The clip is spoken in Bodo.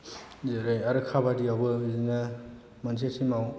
जेरै आरो खाबादियाबो बिदिनो मोनसे समाव